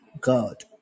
God